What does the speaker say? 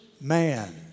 man